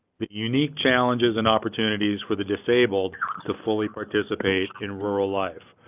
the unique challenges and opportunities for the disabled to fully participate in rural life.